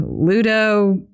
Ludo